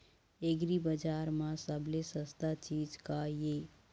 एग्रीबजार म सबले सस्ता चीज का ये?